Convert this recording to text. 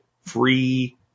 free